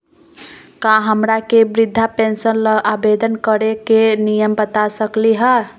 का हमरा के वृद्धा पेंसन ल आवेदन करे के नियम बता सकली हई?